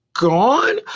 gone